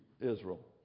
Israel